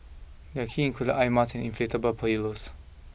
their key included eye marten inflatable pillows